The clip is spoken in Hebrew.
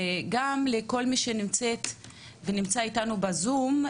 וגם לכל מי שנמצאת ונמצא אתנו בזום,